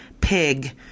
pig